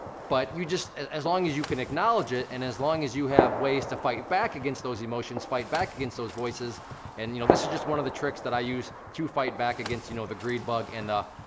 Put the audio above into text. but you just, as as long as you can acknowledge it, and as long as you have ways to fight back against those emotions, fight back against those voices and, you know, this is just one of the tricks that i use to fight back against, you know, the greed bug, and the ah,